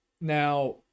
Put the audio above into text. Now